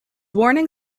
warning